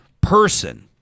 person